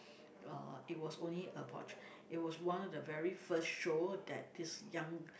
uh it was only about it was one of the very first show that this young